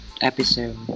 episode